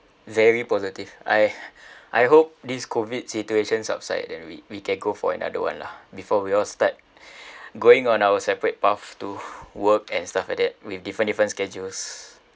very positive I I hope this COVID situation subside then we we can go for another one lah before we all start going on our separate path to work and stuff like that with different different schedules